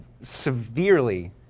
severely